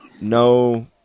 no –